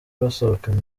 basohokeye